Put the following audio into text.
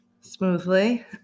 smoothly